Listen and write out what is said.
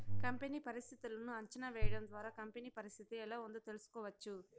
company పరిస్థితులను అంచనా వేయడం ద్వారా కంపెనీ పరిస్థితి ఎలా ఉందో తెలుసుకోవచ్చు